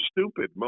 stupid